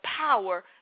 power